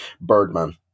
Birdman